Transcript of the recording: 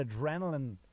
adrenaline